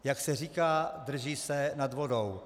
Jak se říká, drží se nad vodou.